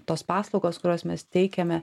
tos paslaugos kurios mes teikiame